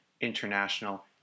International